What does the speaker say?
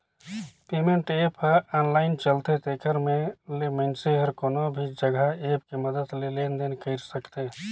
payment app ह online चलथे तेखर ले मइनसे हर कोनो भी जघा ऐप के मदद ले लेन देन कइर सकत हे